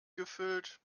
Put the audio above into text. gefüllt